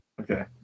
okay